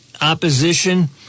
opposition